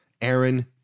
Aaron